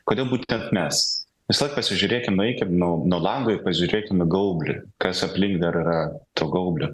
kodėl būtent mes visąlaik pasižiūrėkim nueikim nuo nuo lango ir pažiūrėkim į gaublį kas aplink dar yra to gaublio